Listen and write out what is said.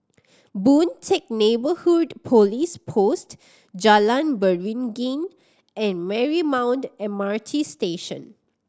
Boon Teck Neighbourhood Police Post Jalan Beringin and Marymount M R T Station